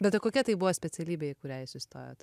buvo o kokia tai buvo specialybė į kurią jūs įstojot